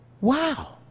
wow